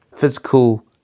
physical